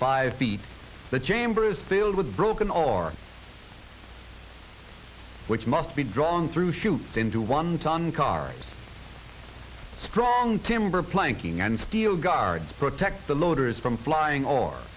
five feet the chamber is filled with broken or which must be drawn through shoot into one ton car it's strong timber planking and steel guards protect the loaders from flying or